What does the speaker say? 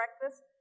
breakfast